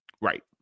right